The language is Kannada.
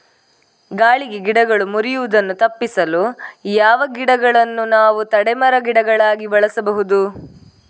ಗಾಳಿಗೆ ಗಿಡಗಳು ಮುರಿಯುದನ್ನು ತಪಿಸಲು ಯಾವ ಗಿಡಗಳನ್ನು ನಾವು ತಡೆ ಮರ, ಗಿಡಗಳಾಗಿ ಬೆಳಸಬಹುದು?